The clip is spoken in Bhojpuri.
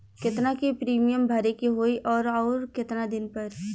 केतना के प्रीमियम भरे के होई और आऊर केतना दिन पर?